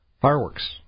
Fireworks